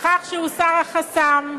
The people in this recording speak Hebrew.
בכך שהוסר החסם,